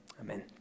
amen